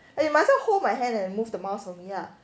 like you must as well hold my hand and move the mouse for me lah